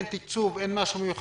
אין תקצוב, אין משהו מיוחד?